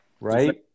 Right